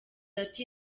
ati